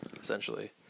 essentially